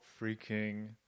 freaking